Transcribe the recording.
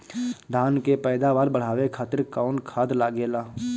धान के पैदावार बढ़ावे खातिर कौन खाद लागेला?